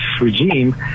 regime